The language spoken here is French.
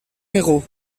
méreau